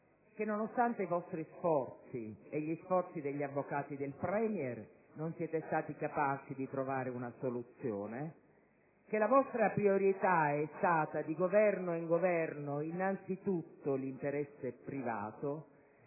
che nonostante i vostri sforzi e gli sforzi degli avvocati del *Premier* non siete stati capaci di trovare una soluzione; che la vostra priorità è stata, di Governo in Governo, innanzitutto l'interesse privato;